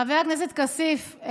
חבר הכנסת כסיף,